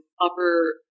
upper